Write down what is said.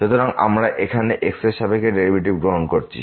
সুতরাং আমরা এখানে x এর সাপেক্ষে ডেরিভেটিভ গ্রহণ করছি